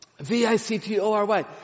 V-I-C-T-O-R-Y